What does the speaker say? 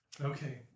Okay